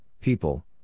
people